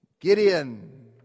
Gideon